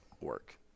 work